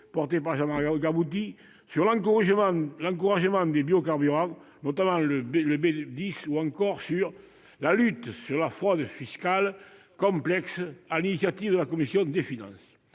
porté par Jean-Marc Gabouty, sur l'encouragement des biocarburants, notamment le B10, ou encore sur la lutte contre la fraude fiscale complexe, une initiative de la commission des finances.